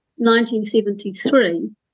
1973